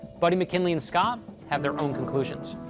buddy, mckinley, and scott have their own conclusions.